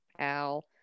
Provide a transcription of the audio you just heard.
al